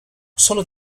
sólo